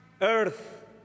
Earth